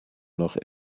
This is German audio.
noch